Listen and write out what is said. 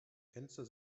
fenster